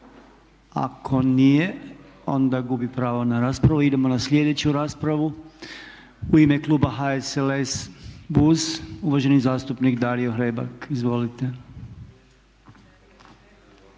Ako nije onda gubi pravo na raspravu. Idemo na slijedeću raspravu. U ime kluba HSLS-BUZ uvaženi zastupnik Dario Hrebak. Izvolite.